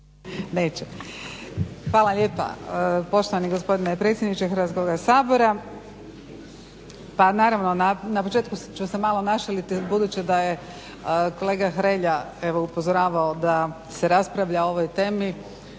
Hvala lijepa poštovani gospodine predsjedniče Hrvatskoga sabora. Pa naravno na početku ću se malo našaliti budući da je kolega Hrelja upozoravao da se raspravlja o ovoj temi